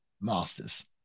Masters